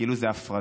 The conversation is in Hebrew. כאילו זו הפרזה,